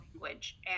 language